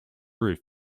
roof